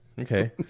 Okay